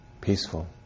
peaceful